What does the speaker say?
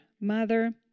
mother